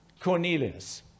Cornelius